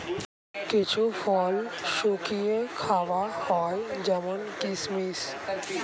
কিছু ফল শুকিয়ে খাওয়া হয় যেমন কিসমিস